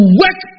work